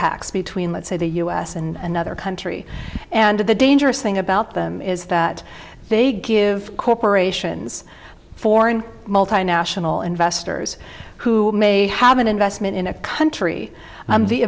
pacts between let's say the u s and other country and the dangerous thing about them is that they give corporations foreign multinational investors who may have an investment in a country